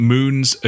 Moons